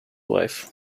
wife